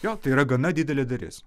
jo tai yra gana didelė dalis